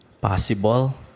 possible